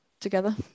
together